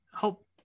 help